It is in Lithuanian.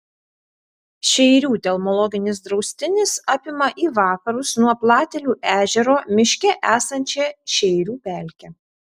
šeirių telmologinis draustinis apima į vakarus nuo platelių ežero miške esančią šeirių pelkę